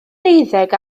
deuddeg